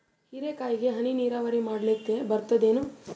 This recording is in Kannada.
ಹೀರೆಕಾಯಿಗೆ ಹನಿ ನೀರಾವರಿ ಮಾಡ್ಲಿಕ್ ಬರ್ತದ ಏನು?